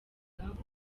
hakunze